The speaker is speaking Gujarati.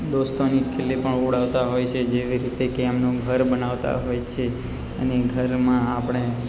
દોસ્તોની ખીલી પણ ઉડાવતા હોય છે જેવી રીતે કે એમનું ઘર બનાવતા હોય છે અને ઘરમાં આપણે